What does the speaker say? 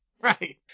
Right